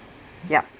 yup